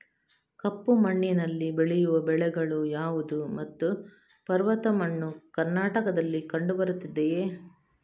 ಕಪ್ಪು ಮಣ್ಣಿನಲ್ಲಿ ಬೆಳೆಯುವ ಬೆಳೆಗಳು ಯಾವುದು ಮತ್ತು ಪರ್ವತ ಮಣ್ಣು ಕರ್ನಾಟಕದಲ್ಲಿ ಕಂಡುಬರುತ್ತದೆಯೇ?